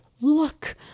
look